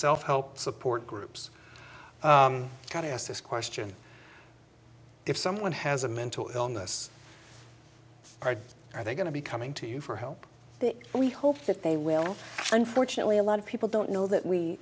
self help support groups try to ask this question if someone has a mental illness are they going to be coming to you for help the we hope that they will unfortunately a lot of people don't know that we